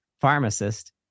pharmacist